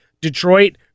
Detroit